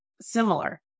similar